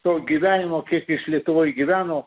to gyvenimo kiek jis lietuvoj gyveno